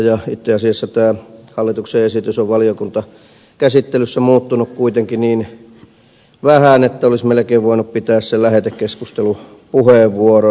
itse asiassa tämä hallituksen esitys on valiokuntakäsittelyssä muuttunut kuitenkin niin vähän että olisi melkein voinut pitää sen lähetekeskustelupuheenvuoron